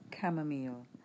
chamomile